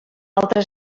altre